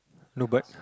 no but